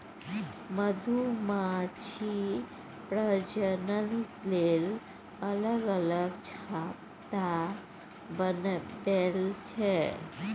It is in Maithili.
मधुमाछी प्रजनन लेल अलग अलग छत्ता बनबै छै